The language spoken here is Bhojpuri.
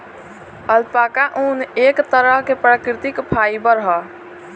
अल्पाका ऊन, एक तरह के प्राकृतिक फाइबर ह